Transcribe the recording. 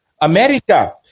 America